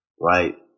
Right